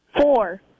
Four